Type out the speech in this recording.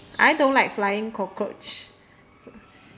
I don't like flying cockroach